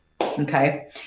okay